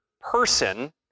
person